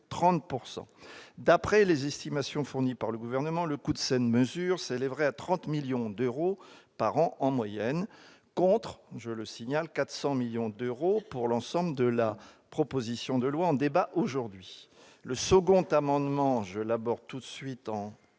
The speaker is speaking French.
30 %. D'après les estimations fournies par le Gouvernement, le coût d'une telle mesure s'élèverait à 30 millions d'euros par an en moyenne, contre- je le signale -400 millions d'euros pour l'ensemble de la proposition de loi en débat aujourd'hui. L'amendement n° 5, quant à lui,